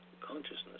consciousness